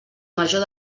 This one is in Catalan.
major